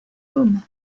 beaune